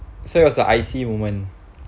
so it was a I_C moment